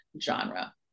genre